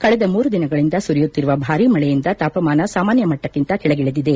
ಕಳೆದ ಮೂರು ದಿನಗಳಿಂದ ಸುರಿಯುತ್ತಿರುವ ಭಾರೀ ಮಳೆಯಿಂದ ತಾಪಮಾನ ಸಾಮಾನ್ಯ ಮಟ್ಟಕ್ಕಿಂತ ಕೆಳಗಿಳಿಗಿದೆ